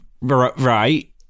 right